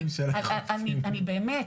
אני באמת,